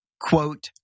quote